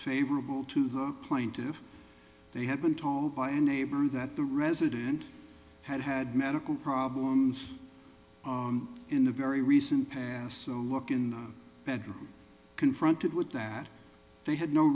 favorable to the plaintiff they had been told by a neighbor that the resident had had medical problems in the very recent past so look in the bedroom confronted with that they had no